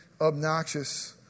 obnoxious